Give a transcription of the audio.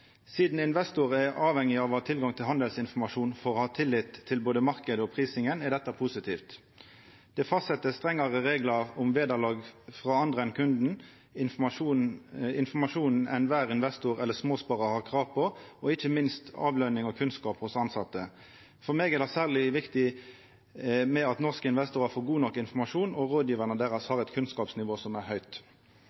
Sidan investor er avhengig av å ha tilgang til handelsinformasjon for å ha tillit til både marknaden og prisinga, er dette positivt. Det blir fastsett strengare reglar om vederlag frå andre enn kunden, om kva slags informasjon alle investorar og småspararar har krav på, og ikkje minst om løn og kunnskap hos tilsette. For meg er det særleg viktig at norske investorar får god nok informasjon, og